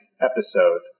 episode